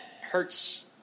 hurts